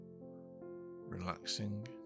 relaxing